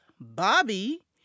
Bobby